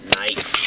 night